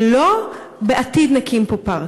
ולא "בעתיד נקים פה פארק".